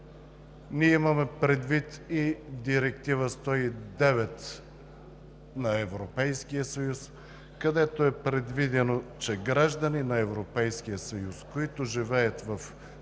Ние имаме предвид и Директива 109 на Европейския съюз, където е предвидено, че „граждани на Европейския съюз, които живеят в други